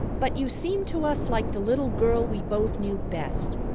but you seem to us like the little girl we both knew best,